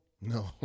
No